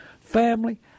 family